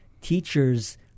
teachers